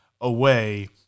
away